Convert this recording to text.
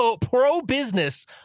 pro-business